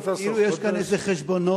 כאילו יש פה איזה חשבונות,